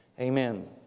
Amen